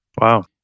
Wow